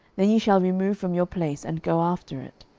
then ye shall remove from your place, and go after it.